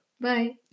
bye